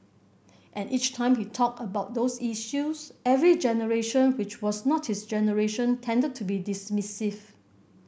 and each time he talked about those issues every generation which was not his generation tended to be dismissive